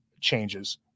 changes